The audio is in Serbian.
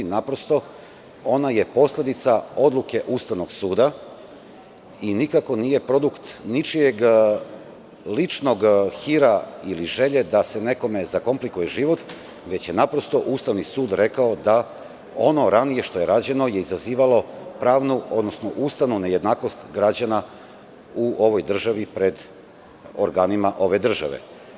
Ona je posledica odluke Ustavnog suda i nikako nije produkt ničijeg ličnog hira ili želje da se nekome zakomplikuje život, već je naprosto Ustavni sud rekao da ono što je ranije rađeno izazivalo je pravnu, odnosno ustavnu nejednakost građana u ovoj državi pred organima ove države.